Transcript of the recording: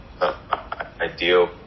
ideal